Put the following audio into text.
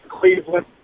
Cleveland